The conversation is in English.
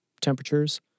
temperatures